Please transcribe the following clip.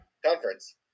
conference